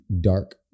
dark